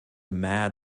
mad